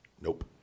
Nope